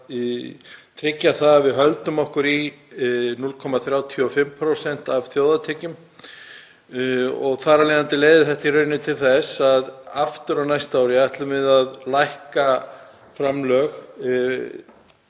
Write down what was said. tryggja að við höldum okkur í 0,35% af þjóðartekjum í framlögunum. Þetta leiðir í rauninni til þess að aftur á næsta ári ætlum við að lækka framlög